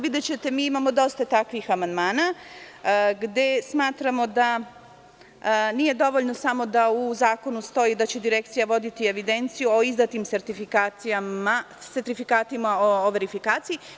Videćete, imamo dosta takvih amandmana, gde smatramo da nije dovoljno da u zakonu stoji da će Direkcija voditi evidenciju o izdatim sertifikatima o verifikaciji.